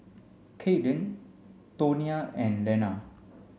Kaeden Tonia and Lenna